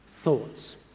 thoughts